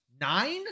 Nine